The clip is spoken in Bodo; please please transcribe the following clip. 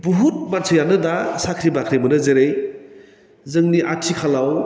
बुहुत मानसियानो दा साख्रि बाख्रि मोनो जेरै जोंनि आथिखालाव